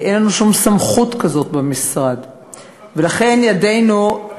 אין לנו שום סמכות כזאת, ולכן ידינו,